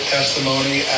testimony